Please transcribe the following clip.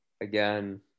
again